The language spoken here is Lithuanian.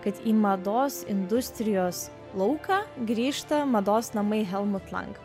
kad į mados industrijos lauką grįžta mados namai helmut lang